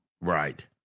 Right